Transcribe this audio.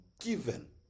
given